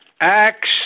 Acts